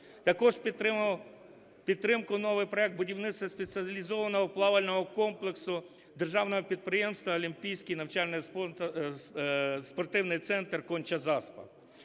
підтримку новий проект будівництва спеціалізованого плавального комплексу державного підприємства "Олімпійський" навчально-спортивний центр "Конча-Заспа".